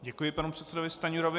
Děkuji panu předsedovi Stanjurovi.